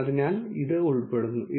ഇതിൽ നിന്ന് കഴിയുന്നത്ര